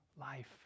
life